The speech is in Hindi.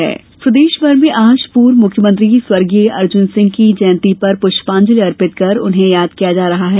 अर्जुन सिंह की जयंती प्रदेश भर में आज पूर्व मुख्यमंत्री स्वर्गीय अर्जुन सिंह की जयंती पर प्रष्पांजलि अर्पित कर उन्हें याद किया जा रहा है